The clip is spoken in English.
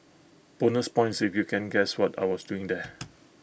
bonus points if you can guess what I was doing there